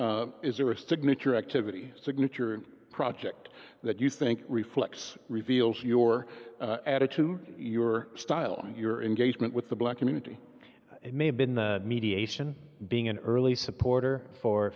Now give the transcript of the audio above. question is there a signature activity signature project that you think reflects reveals your attitude your style your engagement with the black community it may have been the mediation being an early supporter for